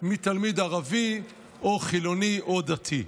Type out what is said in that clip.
מתלמיד ערבי או חילוני או דתי.